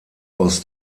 aus